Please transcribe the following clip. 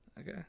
Okay